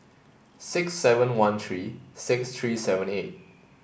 six seven one three six three seven eight